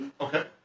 Okay